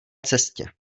cestě